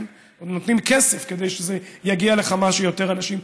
נותנים כסף כדי שזה יגיע לכמה שיותר אנשים.